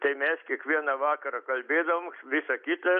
tai mes kiekvieną vakarą kalbėdavom visa kita